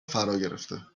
فراگرفته